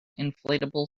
inflatable